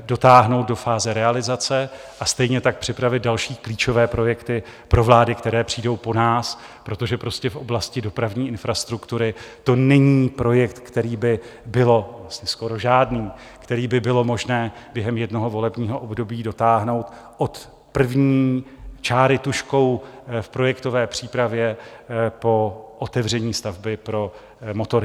dotáhnout do fáze realizace, a stejně tak připravit další klíčové projekty pro vlády, které přijdou po nás, protože prostě v oblasti dopravní infrastruktury to není projekt, který by bylo vlastně skoro žádný možné během jednoho volebního období dotáhnout od první čáry tužkou v projektové přípravě po otevření stavby pro motoristy.